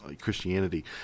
Christianity